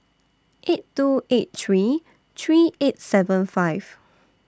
eight two eight three three eight seven five